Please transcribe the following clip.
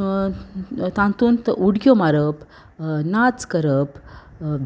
तातूंत उडक्यो मारप नाच करप